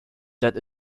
that